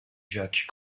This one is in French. jacques